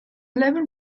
level